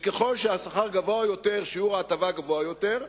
שככל שהשכר גבוה יותר שיעור ההטבה גבוה יותר,